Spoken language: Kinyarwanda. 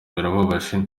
birababaje